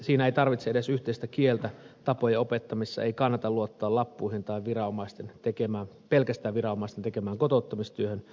siinä ei tarvitse edes yhteistä kieltä tapojen opettamisessa ei kannata luottaa lappuihin tai pelkästään viranomaisten tekemään kotouttamistyöhön